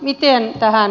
miten tähän